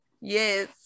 yes